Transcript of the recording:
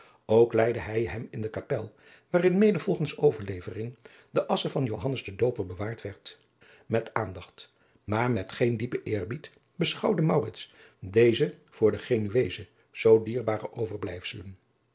ook leidde hij hem in de kapel waarin mede volgens overlevering de assche van joannes den dooper bewaard werd met aandacht maar met geen diepen eerbied beschouwde maurits deze voor de genuezen zoo dierbare overblijfselen